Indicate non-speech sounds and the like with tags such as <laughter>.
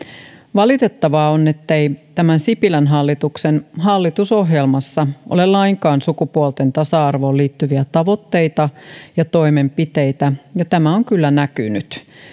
valitettavaa on ettei tämän sipilän hallituksen hallitusohjelmassa ole lainkaan sukupuolten tasa arvoon liittyviä tavoitteita <unintelligible> <unintelligible> <unintelligible> <unintelligible> <unintelligible> <unintelligible> ja toimenpiteitä ja tämä on kyllä näkynyt